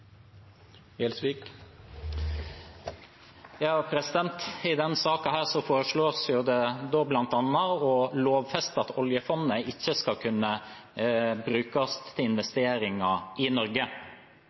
I denne saken foreslås det bl.a. å lovfeste at oljefondet ikke skal kunne brukes til